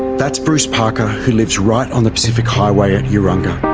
that's bruce parker who lives right on the pacific highway at urunga.